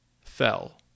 fell